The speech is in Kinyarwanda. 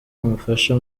umufasha